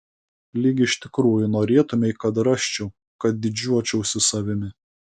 lyg iš tikrųjų norėtumei kad rasčiau kad didžiuočiausi savimi